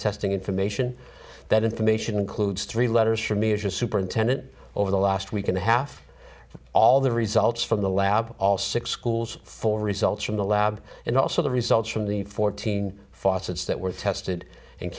testing information that information includes three letters for me as a superintendent over the last week and a half of all the results from the lab all six schools for results from the lab and also the results from the fourteen faucets that were tested and